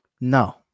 No